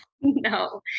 No